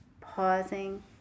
pausing